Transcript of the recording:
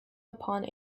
upon